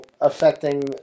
affecting